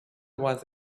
was